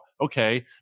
okay